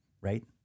right